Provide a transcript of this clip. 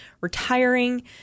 retiring